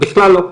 בכלל לא.